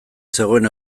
zegoen